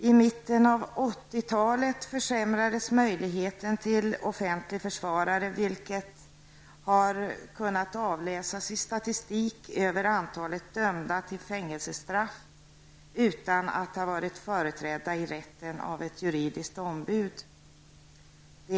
I mitten av 80-talet försämrades möjligheten till offentlig försvarare, vilket har kunnat avläsas i statistiken över antalet personer som dömts till fängelsestraff utan att ha varit företrädda i rätten av ett juridiskt ombud.